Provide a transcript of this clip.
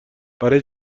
برای